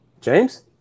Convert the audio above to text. James